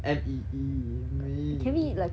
M E E mee